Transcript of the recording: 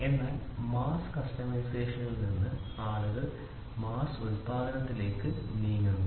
അതിനാൽ മാസ് കസ്റ്റമൈസേഷനിൽ നിന്ന് ആളുകൾ മാസ് ഉൽപാദനത്തിലേക്ക് നീങ്ങുന്നു